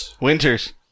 Winters